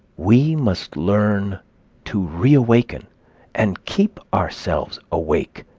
we must learn to reawaken and keep ourselves awake,